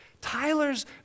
Tyler's